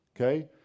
okay